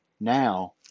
now